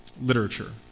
literature